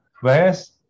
Whereas